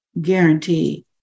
guarantee